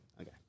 Okay